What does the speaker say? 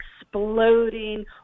exploding